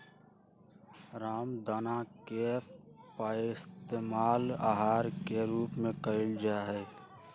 रामदाना के पइस्तेमाल आहार के रूप में कइल जाहई